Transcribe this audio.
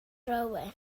rywun